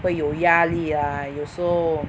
会有压力 lah 有时候